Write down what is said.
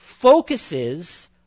focuses